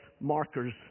markers